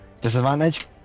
disadvantage